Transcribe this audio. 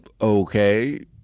okay